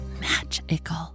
magical